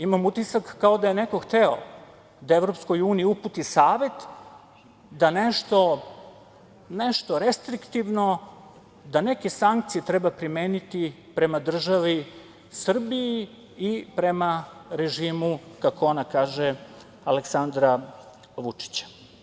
Imam utisak kao da je neko hteo da EU uputi savet da nešto restriktivno, da neke sankcije treba primeniti prema državi Srbiji i prema režimu, kako ona kaže, Aleksandra Vučića.